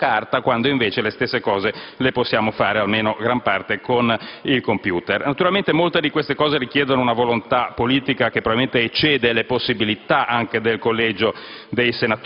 indietro della carta, quando invece possiamo fare le stesse attività, almeno per la gran parte, con il *computer*. Naturalmente molte di queste cose richiedono una volontà politica che probabilmente eccede le possibilità anche del Collegio